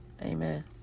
Amen